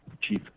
Chief